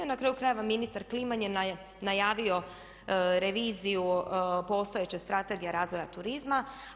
I na kraju krajeva, ministar Kliman je najavio reviziju postojeće Strategije razvoja turizma.